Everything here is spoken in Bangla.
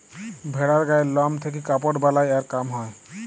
ভেড়ার গায়ের লম থেক্যে কাপড় বালাই আর কাম হ্যয়